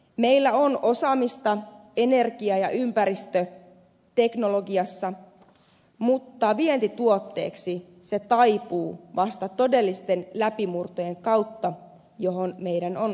meillä on osaamista energia ja ympäristöteknologiassa mutta vientituotteeksi se taipuu vasta todellisten läpimurtojen kautta joihin meidän on satsattava lujasti